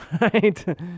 right